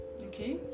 okay